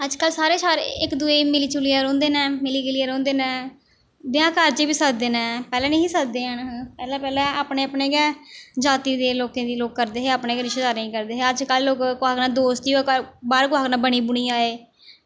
अज्जकल सारे इक दूए गी मिली जुलियै रौंह्दे न मिली गिलियै रौंह्दे न ब्याह् कारजें बी सद्ददे न पैह्लें निं हे सद्ददे हैन पैह्लें पैह्लें अपने गै जाति दे लोकें गी लोक करदे हे अपने गै रिश्तेदारें गी करदे हे अज्जकल लोक कुसै कन्नै दोस्ती होऐ बाहर कुसै कन्नै बनी बुनी जाए